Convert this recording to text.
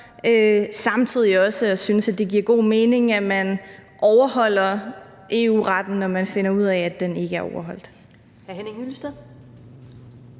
samtidig også at synes, at det giver god mening, at man overholder EU-retten, når man finder ud af, at den ikke er overholdt.